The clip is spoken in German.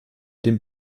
den